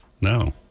No